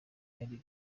yari